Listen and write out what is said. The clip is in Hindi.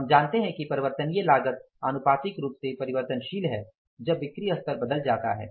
हम जानते हैं कि परिवर्तनीय लागत आनुपातिक रूप से परिवर्तनशील है जब बिक्री स्तर बदल जाता है